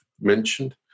mentioned